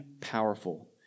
powerful